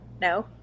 No